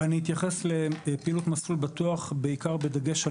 אני אתייחס לפעילות "מזלול בטוח", בדגש על